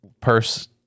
purse